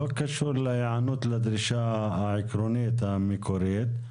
לא קשור להיענות לדרישה העקרונית המקורית.